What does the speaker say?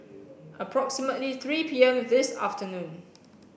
approximately three P M this afternoon